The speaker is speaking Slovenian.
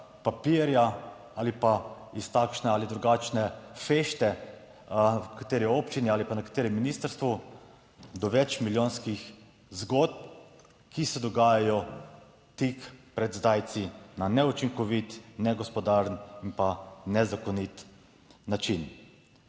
papirja ali pa iz takšne ali drugačne fešte v kateri občini ali pa na katerem ministrstvu do več milijonskih zgodb, ki se dogajajo tik pred zdajci na neučinkovit, negospodaren in pa nezakonit način.